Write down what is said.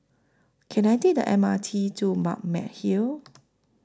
Can I Take The M R T to Balmeg Hill